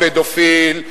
הפדופיל,